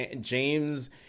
James